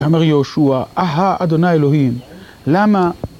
אמר יהושע, אהה, אדוני אלוהים, למה...